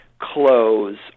close